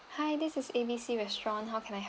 hi this is A B C restaurant how can I help